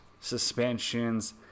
suspensions